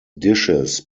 dishes